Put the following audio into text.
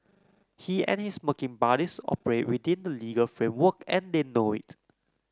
he and his smirking buddies operate within the legal framework and they know it